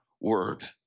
word